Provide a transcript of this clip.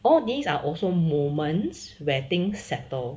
all these are also moments where things settle